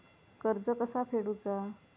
कर्ज कसा फेडुचा?